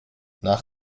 nach